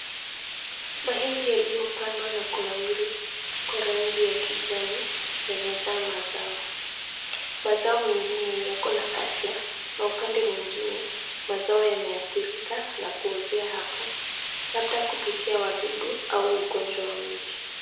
Mahindi yaliopandwa na kunawiri kwa rangi ya kijani yamezaa mazao. Mazao mengine yako na afya na upande mwengine mazao yameathirika na kuozea hapo, labda kupitia wadudu au ugonjwa wa miti.